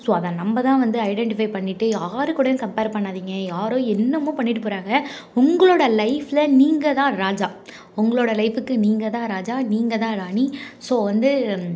so அதை நம்ம தான் வந்து ஐடென்ட்டிஃபை பண்ணிவிட்டு யாருகூடேயும் கம்பேர் பண்ணாதீங்க யாரோ என்னமோ பண்ணிவிட்டு போகிறாங்க உங்ளோட லைஃபில் நீங்கள் தான் ராஜா உங்ளோட லைஃபுக்கு நீங்கள் தான் ராஜா நீங்கள் தான் ராணி ஸோ வந்து